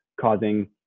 causing